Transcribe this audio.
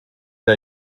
der